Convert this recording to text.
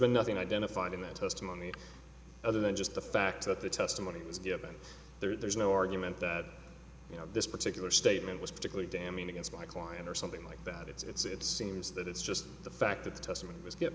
been nothing identified in that testimony other than just the fact that the testimony was given there's no argument that you know this particular statement was particularly damning against my client or something like that it's it seems that it's just the fact that the testame